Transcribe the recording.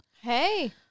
Hey